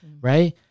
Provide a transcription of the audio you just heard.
right